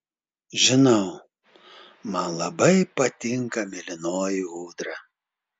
žinau man labai patinka mėlynoji ūdra